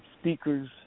speakers